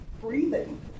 breathing